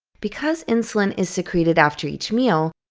because insulin is secreted after each meal,